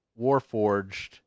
Warforged